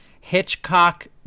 Hitchcock